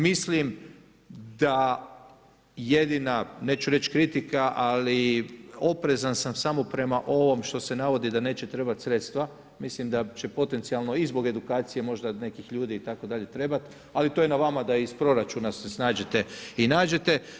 Mislim da jedina, neću reći kritika ali oprezan sam samo prema ovom što se navodi da neće trebati sredstva, mislim da će potencijalno i zbog edukacije možda nekih ljudi itd., trebati ali to je na vama da iz proračuna se snađete i nađete.